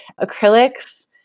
Acrylics